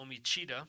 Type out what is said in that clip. Omichita